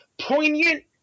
poignant